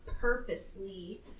purposely